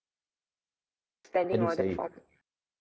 edusave